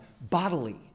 bodily